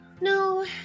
No